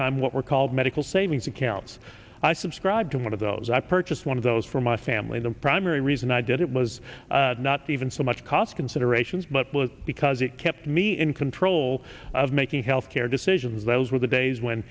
time what were called medical savings accounts i subscribe to one of those i purchased one of those for my family the primary reason i did it was not even so much cost considerations but was because it kept me in control of making health care decisions those were the days when